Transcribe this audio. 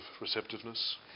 receptiveness